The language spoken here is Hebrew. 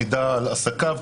מידע על עסקיו,